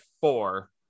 four